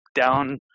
down